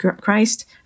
Christ